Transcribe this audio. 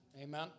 Amen